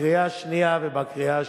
בקריאה שנייה ובקריאה שלישית.